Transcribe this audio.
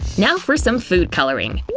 now for some food coloring.